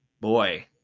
boy